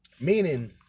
Meaning